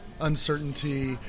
uncertainty